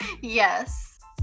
Yes